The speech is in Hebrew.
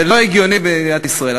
זה לא הגיוני במדינת ישראל.